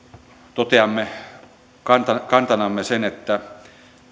toteamme kantanamme sen että